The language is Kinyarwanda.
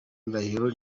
ndahiro